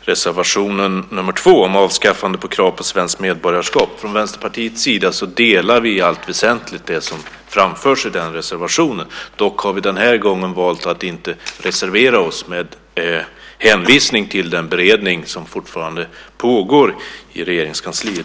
reservation nr 2 om avskaffande av krav på svenskt medborgarskap. Från Vänsterpartiets sida delar vi i allt väsentligt det som framförs i den reservationen. Dock har vi den här gången valt att inte reservera oss med hänvisning till den beredning som fortfarande pågår i Regeringskansliet.